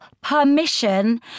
permission